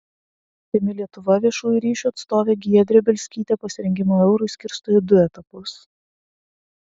rimi lietuva viešųjų ryšių atstovė giedrė bielskytė pasirengimą eurui skirsto į du etapus